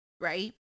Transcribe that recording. Right